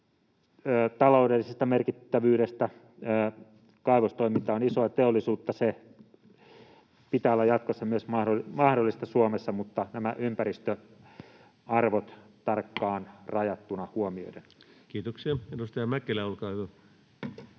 taloudellisesta merkittävyydestä: kaivostoiminta on isoa teollisuutta, sen pitää olla jatkossa myös mahdollista Suomessa, mutta nämä ympäristöarvot tarkkaan rajattuna